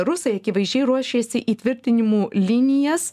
rusai akivaizdžiai ruošėsi įtvirtinimų linijas